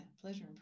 Pleasure